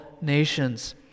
nations